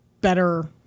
better